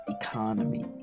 economy